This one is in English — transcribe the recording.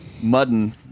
muddin